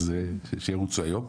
אז שירוצו היום.